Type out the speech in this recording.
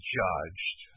judged